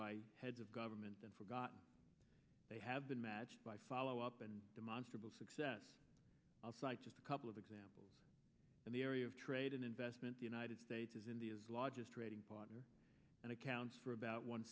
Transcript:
by heads of government and forgot they have been matched by follow up and demonstrably success i'll cite just a couple of examples in the area of trade and investment the united states is india's largest trading partner and accounts for about one